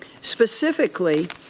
specifically,